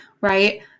right